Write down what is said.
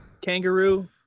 Kangaroo